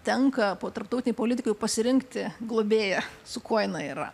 tenka po tarptautinėj politikoj pasirinkti globėją su kuo jinai yra